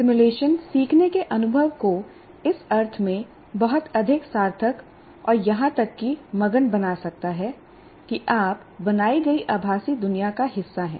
simulation सीखने के अनुभव को इस अर्थ में बहुत अधिक सार्थक और यहां तक कि मगन बना सकता है कि आप बनाई गई आभासी दुनिया का हिस्सा हैं